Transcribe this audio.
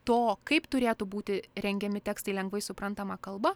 to kaip turėtų būti rengiami tekstai lengvai suprantama kalba